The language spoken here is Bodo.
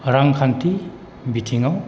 रांखान्थि बिथिंआव